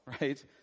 right